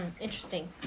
interesting